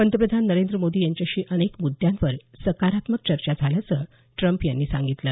पंतप्रधान नरेंद्र मोदी यांच्याशी अनेक मुद्यांवर सकारात्मक चर्चा झाल्याचं ट्रम्प यांनी सांगितलं